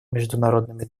международными